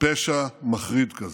פשע מחריד כזה,